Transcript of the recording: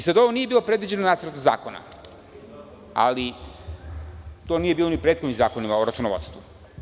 Sad ovo nije bilo predviđeno u Nacrtu zakona, ali to nije bilo ni u prethodnim zakonima o računovodstvu.